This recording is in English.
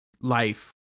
life